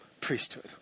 priesthood